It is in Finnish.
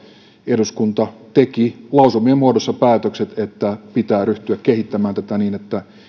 eduskunta teki lausumien muodossa päätökset että pitää ryhtyä kehittämään tätä niin että